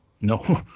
No